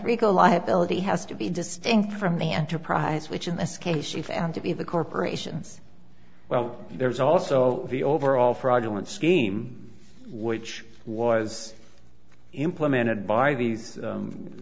rico liability has to be distinct from the enterprise which in this case she found to be the corporations well there's also the overall fraudulent scheme which was implemented by these